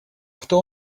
кто